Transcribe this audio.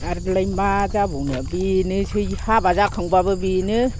आरलाय मा जाबावनो बेनोसै हाबा जाखांबाबो बेनो